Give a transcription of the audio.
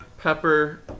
pepper